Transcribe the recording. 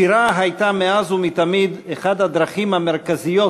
שירה הייתה מאז ומתמיד אחת הדרכים המרכזיות